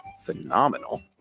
phenomenal